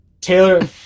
taylor